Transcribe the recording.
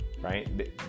right